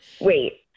Wait